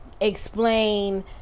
explain